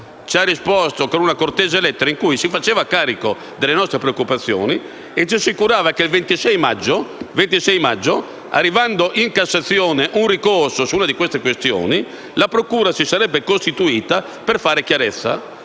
ci ha risposto con una cortese lettera, in cui si faceva carico delle nostre preoccupazioni, e ci assicurava che il 26 maggio, arrivando in Cassazione un ricorso su uno di questi casi, la procura si sarebbe costituita per fare chiarezza.